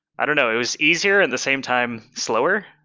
i don't know. it was easier and the same time slower,